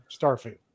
Starfleet